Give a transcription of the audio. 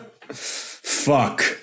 Fuck